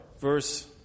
verse